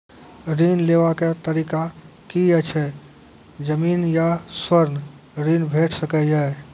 ऋण लेवाक तरीका की ऐछि? जमीन आ स्वर्ण ऋण भेट सकै ये?